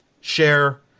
share